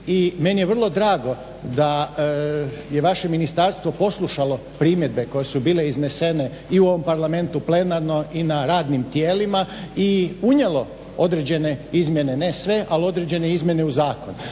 meni je vrlo drago da je vaše ministarstvo poslušalo primjedbe koje su bile iznesene i u ovom parlamentu plenarno i na radnim tijelima i unijelo određene izmjene, ne sve ali određene izmjene u zakonu.